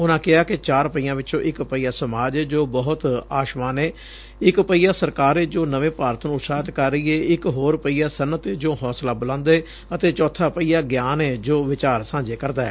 ਉਨੂਂ ਕਿਹਾ ਕਿ ਚਾਰ ਪਹੀਆਂ ਵਿਚੋਂ ਇਕ ਪਹੀਆ ਸਮਾਜ ਏ ਜੋ ਬਹੁਤ ਆਸਵਾਨ ਏ ਇਕ ਪਹੀਆ ਸਰਕਾਰ ਏ ਜੋ ਨਵੇਂ ਭਾਰਤ ਨੂੰ ਉਤਸ਼ਾਹਤ ਕਰ ਰਹੀ ਏ ਇਕ ਹੋਰ ਪਹੀਆ ਸੱਨਅਤ ਏ ਜੋ ਹੌਂਸਲਾ ਬੁਲੰਦ ਏ ਅਤੇ ਚੌਥਾ ਪਹੀਆ ਗਿਆਨ ਏ ਜੋ ਵਿਚਾਰ ਸਾਂਝੇ ਕਰਦੈ